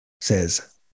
Says